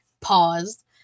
paused